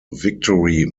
victory